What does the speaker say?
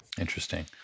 interesting